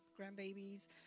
grandbabies